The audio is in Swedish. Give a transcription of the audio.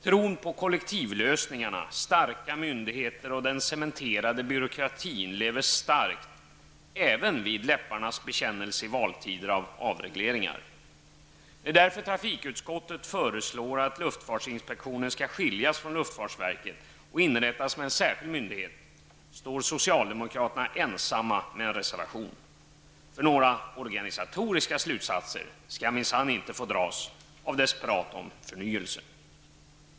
Tron på kollektivlösningarna, starka myndigheter och den cementerade byråkratin lever starkt även vid läpparnas bekännelse i valtider till avregleringar. När trafikutskottet föreslår att luftfartsinspektionen skall skiljas från luftfartsverket och inrättas som en särskild myndighet, står socialdemokraterna ensamma med en reservation. Några organisatoriska slutsatser skall minsann inte få dras av dess prat om förnyelse.